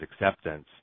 acceptance